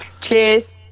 Cheers